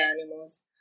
animals